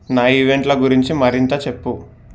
నా ఈవెంట్ల గురించి మరింత చెప్పు